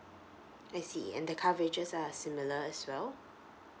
I see and the coverages are similar as well